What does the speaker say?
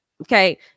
Okay